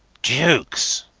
jukes!